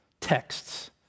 texts